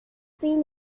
scene